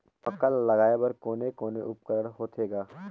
मक्का ला लगाय बर कोने कोने उपकरण होथे ग?